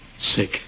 sick